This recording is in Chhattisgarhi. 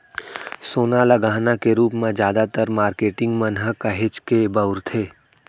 सोना ल गहना के रूप म जादातर मारकेटिंग मन ह काहेच के बउरथे